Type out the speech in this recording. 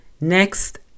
Next